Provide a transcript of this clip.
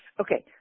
okay